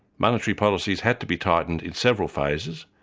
monetary policies had to be tightened in several phases,